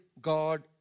God